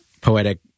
poetic